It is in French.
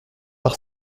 par